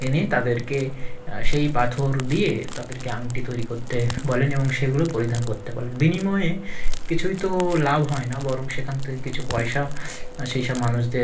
এনে তাদেরকে সেই পাথর দিয়ে তাদেরকে আংটি তৈরি করতে বলেন এবং সেগুলো পরিধান করতে বলেন বিনিময়ে কিছুই তো লাভ হয় না বরং সেখান থেকে কিছু পয়সা সেই সব মানুষদের